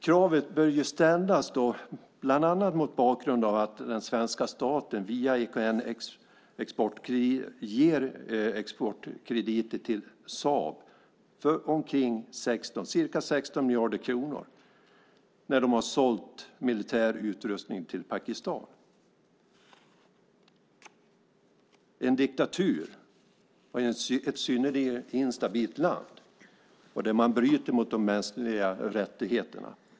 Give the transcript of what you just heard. Kravet bör ställas bland annat mot bakgrund av att den svenska staten via EKN gett exportkrediter till Saab för ca 16 miljarder kronor när de har sålt militär utrustning till Pakistan som är en diktatur och ett synnerligen instabilt land där man bryter mot de mänskliga rättigheterna.